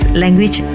language